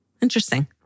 Interesting